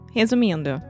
resumindo